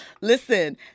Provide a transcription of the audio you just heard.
Listen